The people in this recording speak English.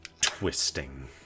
twisting